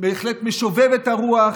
משובב את הרוח,